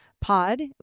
pod